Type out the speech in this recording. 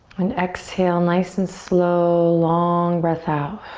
and exhale nice and slow, long breath out.